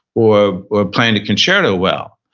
or or playing the concerto well.